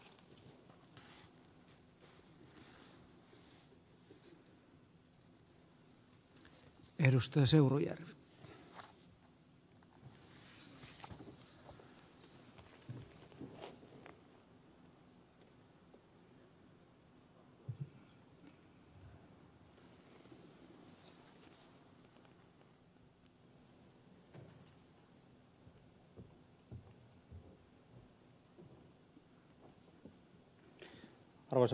arvoisa puhemies